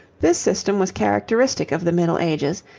the system was characteristic of the middle ages,